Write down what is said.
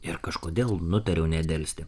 ir kažkodėl nutariau nedelsti